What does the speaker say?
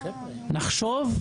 נחשוב,